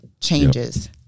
changes